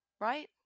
right